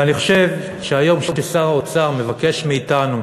ואני חושב שהיום, כששר האוצר מבקש מאתנו